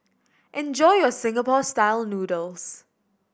enjoy your Singapore Style Noodles